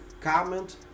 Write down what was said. Comment